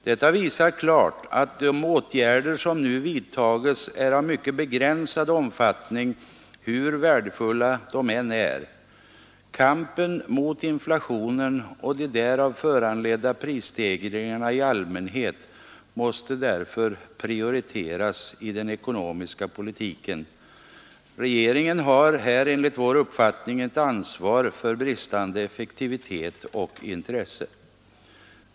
Detta visar klart att de åtgärder som nu vidtages är av mycket begränsad omfattning, hur värdefulla de än är. Kampen mot inflationen och de därav föranledda prisstegringarna i allmänhet måste därför prioriteras i den ekonomiska politiken. Regeringen har här enligt vår uppfattning ett ansvar för bristande effektivitet och intresse.